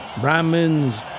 Brahmins